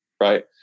right